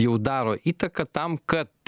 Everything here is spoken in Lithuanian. jau daro įtaką tam kad